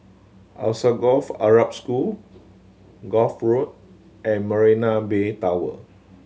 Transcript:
Alsagoff Arab School Gul Road and Marina Bay Tower